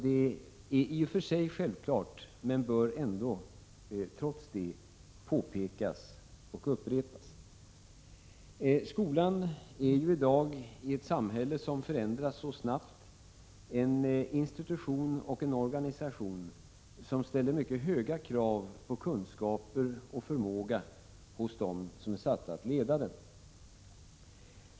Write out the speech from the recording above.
Det är i och för sig självklart, men det bör ändå, trots detta, påpekas och upprepas. Skolan verkar i dag i ett samhälle som förändras mycket snabbt. Skolan är en institution och en organisation som ställer stora krav på kunskaper och förmåga hos dem som är satta att leda den.